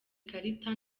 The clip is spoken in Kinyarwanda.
ikarita